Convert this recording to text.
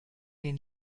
den